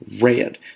RED